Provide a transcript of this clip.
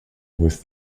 with